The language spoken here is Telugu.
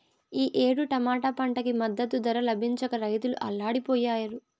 ఈ ఏడు టమాటా పంటకి మద్దతు ధర లభించక రైతులు అల్లాడిపొయ్యారు